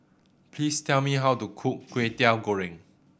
please tell me how to cook Kwetiau Goreng